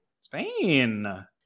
Spain